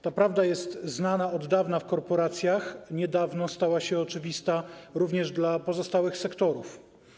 Ta prawda jest znana od dawna w korporacjach, niedawno stała się oczywista również dla pozostałych sektorów.